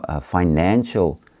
financial